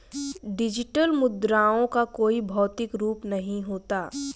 digital मुद्राओं का कोई भौतिक रूप नहीं होता